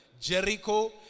Jericho